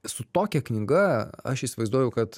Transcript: su tokia knyga aš įsivaizduoju kad